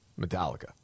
Metallica